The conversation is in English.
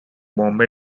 bombay